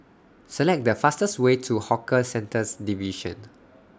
Select The fastest Way to Hawker Centres Division